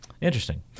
Interesting